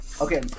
okay